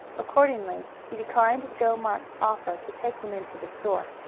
accordingly he declined joe marks' offer to take him into the store.